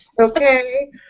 okay